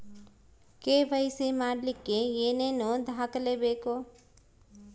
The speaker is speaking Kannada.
ಕೆ.ವೈ.ಸಿ ಮಾಡಲಿಕ್ಕೆ ಏನೇನು ದಾಖಲೆಬೇಕು?